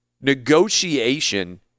negotiation